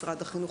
משרד החינוך,